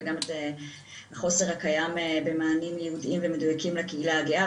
וגם את החוסר הקיים במענים מתאימים ומדוייקים לקהילה הגאה,